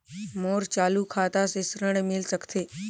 मोर चालू खाता से ऋण मिल सकथे?